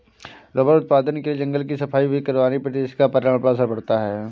rubber उत्पादन के लिए जंगल की सफाई भी करवानी पड़ती है जिसका पर्यावरण पर असर पड़ता है